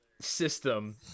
system